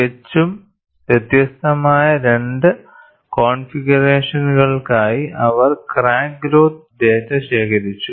തികച്ചും വ്യത്യസ്തമായ രണ്ട് കോൺഫിഗറേഷനുകൾക്കായി അവർ ക്രാക്ക് ഗ്രോത്ത് ഡാറ്റ ശേഖരിച്ചു